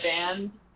band